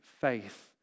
faith